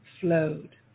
flowed